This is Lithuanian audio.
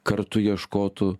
kartu ieškotų